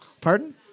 Pardon